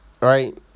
Right